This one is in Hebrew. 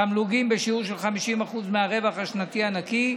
תמלוגים בשיעור של 50% מהרווח השנתי הנקי,